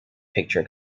picture